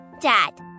Dad